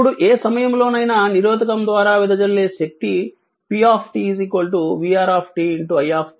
ఇప్పుడు ఏ సమయంలో నైనా నిరోధకం ద్వారా వెదజల్లే శక్తి p vR i అవుతుంది